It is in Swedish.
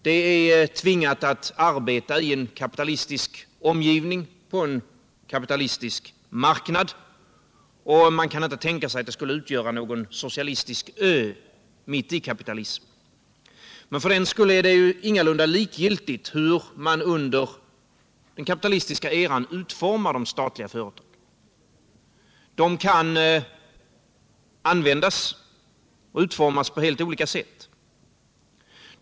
Det är tvingat att arbeta i en kapitalistisk omgivning, på en kapitalistisk marknad, och man kan inte tänka sig att det skulle utgöra någon kapitalistisk ö mitt i kapitalismen. Men för den skull är det ingalunda likgiltigt hur man under den kapitalistiska eran utformar de statliga företagen. De kan användas och utformas på helt olika sätt.